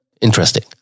interesting